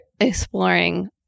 exploring